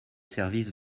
services